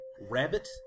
rabbit